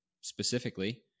specifically